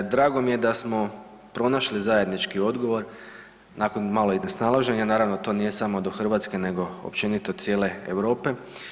Drago mi je da smo pronašli zajednički odgovor, nakon malo i nesnalaženja, naravno to nije samo do Hrvatske nego općenito cijele Europe.